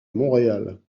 montréal